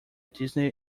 disney